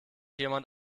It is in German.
jemand